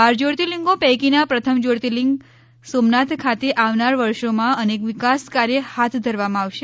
બાર જયોતિર્લિંગો પૈકીના પ્રથમ જ્યોતિર્લીંગ સોમનાથ ખાતે આવનાર વર્ષોમાં અનેક વિકાસ કાર્ય હાથ ધરવામાં આવશે